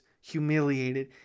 humiliated